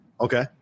Okay